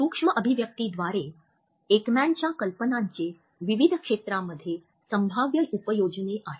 सूक्ष्म अभिव्यक्तीद्वारे एकमॅनच्या कल्पनांचे विविध क्षेत्रांमध्ये संभाव्य उपयोजने आहेत